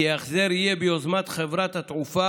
כי ההחזר יהיה ביוזמת חברת התעופה,